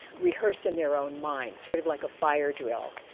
rehearse in their own mind, sort of like a fire drill.